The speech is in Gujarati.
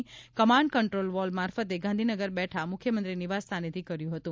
ડેશબોર્ડની કમાન્ડ કંટ્રોલ વોલ મારફતે ગાંધીનગર બેઠા મુખ્યમંત્રી નિવાસસ્થાનેથી કર્યુ હતું